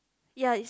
ya it's